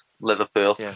Liverpool